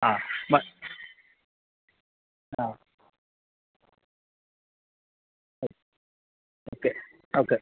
ആ ആ okay okay okay